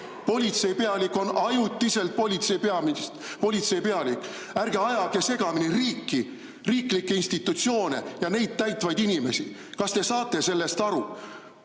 politseipealik on ajutiselt politseipealik. Ärge ajage segamini riiki, riiklikke institutsioone ja neid täitvaid inimesi! Kas te saate sellest aru?